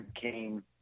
came